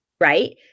right